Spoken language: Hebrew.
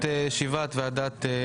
אני פותח את ישיבת ועדת הכנסת.